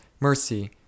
mercy